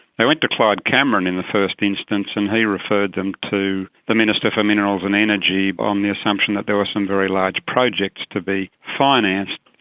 they went to clyde cameron in the first instance and he referred them to the minister for minerals and energy on the assumption that there were some very large projects to be financed.